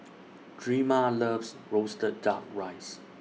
Drema loves Roasted Duck Rice